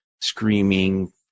screaming